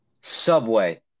Subway